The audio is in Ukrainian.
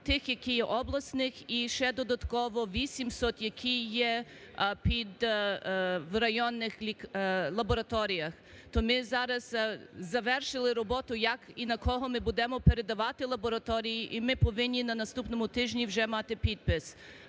25-ти, які є обласні, і ще додатково 800, які є під… в районних лабораторіях. то ми зараз завершили роботу, як і на кого ми будемо передавати лабораторії, я ми повинні на наступному тижні вже мати підпис.